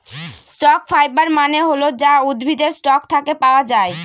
stock fibre মানে হল যা উদ্ভিদের স্টক থাকে পাওয়া যায়